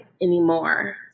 anymore